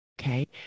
Okay